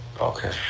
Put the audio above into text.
Okay